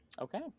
Okay